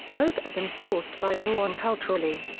both as enforced by law and culturally.